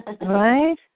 Right